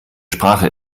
sprache